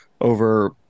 over